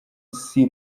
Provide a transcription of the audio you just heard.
isi